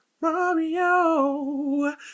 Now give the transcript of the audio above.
Mario